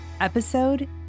Episode